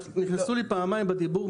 נכנסו לי פעמיים בדיבור,